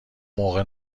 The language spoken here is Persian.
موقع